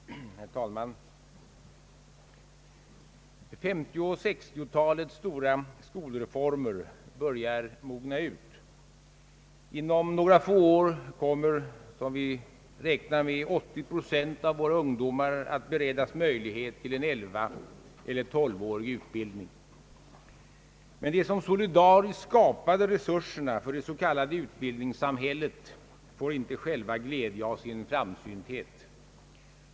Herr talman! 1950 och 1960-talets stora skolreformer börjar mogna ut. Inom några få år kommer, som vi räknar med, 80 procent av våra ungdomar att beredas möjlighet till en elvaeller tolvårig utbildning. Men de som solidariskt skapade resurserna för det s.k. utbildningssamhället får inte själva glädje av sin framsynthet.